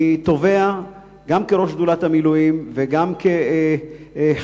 אני תובע, גם כראש שדולת המילואים וגם כחייל,